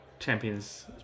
Champions